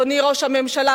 אדוני ראש הממשלה,